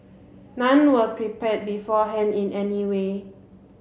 none were prepared beforehand in any way